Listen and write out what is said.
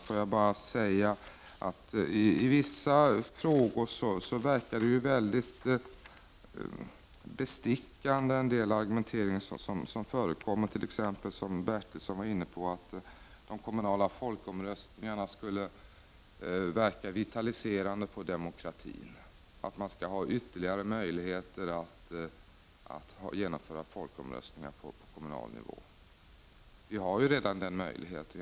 Jag vill bara säga att i vissa frågor verkar en del av argumenten väldigt bestickande. Stig Bertilsson t.ex. var inne på detta med att de lokala folkomröstningarna skulle verka vitaliserande för demokratin, att det skall finnas ytterligare möjligheter att genomföra folkomröstningar på kommunal nivå. Men vi har ju redan den möjligheten.